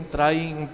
trying